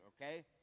okay